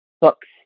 books